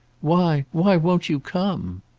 why why won't you come?